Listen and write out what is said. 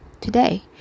today